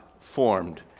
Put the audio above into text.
formed